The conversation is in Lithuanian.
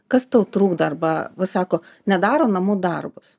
kas tau trukdo arba va sako nedaro namų darbus